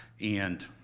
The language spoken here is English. and